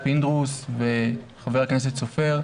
חבר הכנסת פינדרוס וחבר הכנסת סופר,